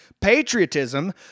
patriotism